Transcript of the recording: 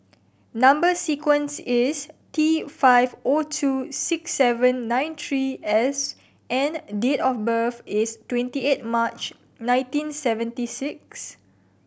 number sequence is T five O two six seven nine three S and date of birth is twenty eight March nineteen seventy six